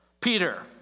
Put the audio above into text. Peter